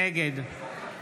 נגד